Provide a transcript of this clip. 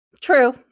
True